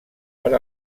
per